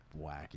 wacky